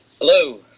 Hello